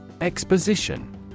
Exposition